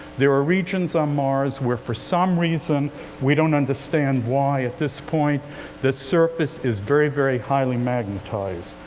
there are regions on mars, where, for some reason we don't understand why at this point the surface is very, very highly magnetized.